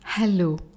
Hello